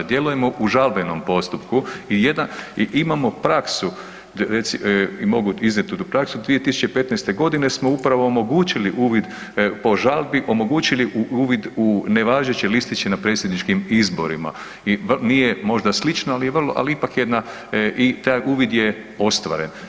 Djelujemo u žalbenom postupku i imamo praksu, i mogu iznijeti tu praksu, 2015. g. smo upravo omogućili uvid po žalbi, omogućili uvid u nevažeće listiće na predsjedničkim izborima i nije možda slično, ali je vrlo, ipak jedna i taj uvid je ostvaren.